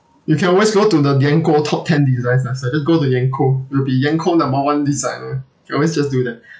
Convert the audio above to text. you can always go to the yanko top ten designs lester then go to yanko you'll be yanko number one designer you can always just do that